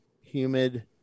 humid